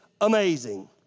amazing